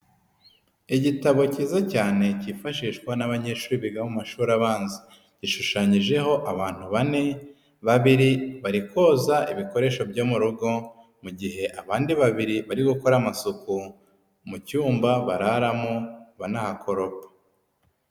Igitabo kiza cyane kifashishwa n'abanyeshuri biga mu mashuri abanza, gishushanyijeho abantu bane, babiri bari koza ibikoresho byo mu rugo, mu gihe abandi babiri bari gukora amasuku mu cyumba bararamo, banahakoropa.